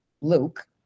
Luke